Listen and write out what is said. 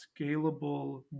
scalable